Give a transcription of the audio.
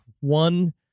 one